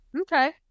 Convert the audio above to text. Okay